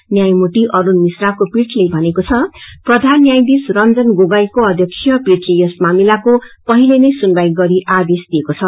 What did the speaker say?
न्यायमूर्ति अरूण मिश्राको पीठले भनेको छ कि प्रधान न्यायधीश रंजन गोगाईको अध्यक्षीय पीठले यस मामिलाको पहिले नै सुनवाई गरी आदेश दिइएको छ